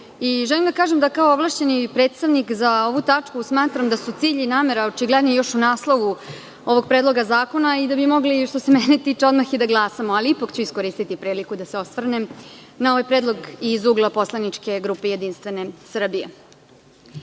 I želim da kažem kao ovlašćeni predstavnik za ovu tačku smatram da su cilj i namera očigledno i u naslovu ovog predloga zakona i da bi mogli što se mene tiče odmah i da glasamo, ali ću iskoristiti priliku da se osvrnem na ovaj predlog iz ugla poslaničke grupe JS.U